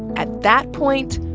at that point,